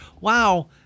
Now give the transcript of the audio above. wow